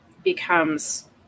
becomes